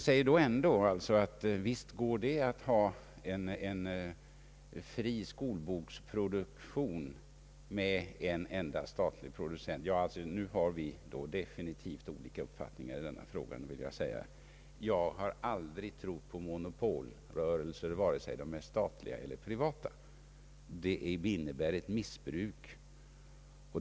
Statsrådet säger ändå att visst går det att ha en fri skolboksproduktion med en enda statlig producent. Nu har vi definitivt olika uppfattningar i denna fråga. Jag har aldrig trott på monopol, vare sig de är statliga eller privata; de innebär betydande risker för missbruk.